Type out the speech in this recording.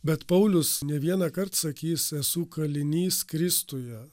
bet paulius ne vienąkart sakys esu kalinys kristuje